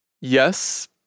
Yes